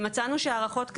מצאנו שהערכות כאלה,